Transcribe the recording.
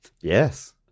Yes